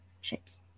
shapes